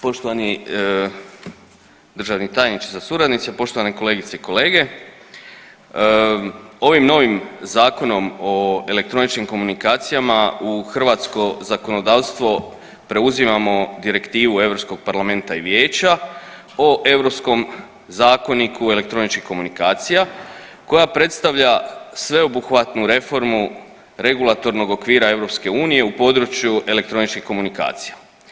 Poštovani državni tajniče sa suradnicima, poštovane kolegice i kolege, ovim novim Zakonom o elektroničkim komunikacijama u hrvatsko zakonodavstvo preuzimamo Direktivu Europskog parlamenta i vijeća o europskom zakoniku elektroničkih komunikacija koja predstavlja sveobuhvatnu reformu regulatornog okvira EU u području elektroničkih komunikacija.